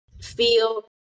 feel